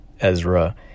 Ezra